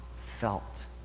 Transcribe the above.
felt